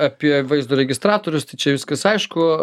apie vaizdo registratorius tai čia viskas aišku